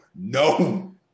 No